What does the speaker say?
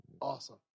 Awesome